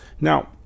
Now